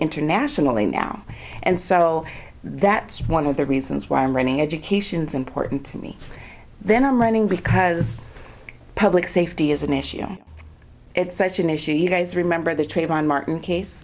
internationally now and so that's one of the reasons why i'm running education's important to me then i'm running because public safety is an issue it's such an issue you guys remember the trayvon martin case